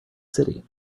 city